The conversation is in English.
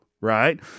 Right